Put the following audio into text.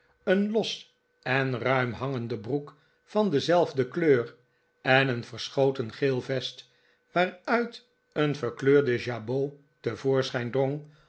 een los en ruim hangende broek van dezelfde kleur en een verschoten geel vest waaruit een verkleurde jabot te voorschijn drong